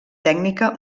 tècnica